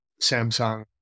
Samsung